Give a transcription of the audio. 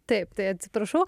taip tai atsiprašau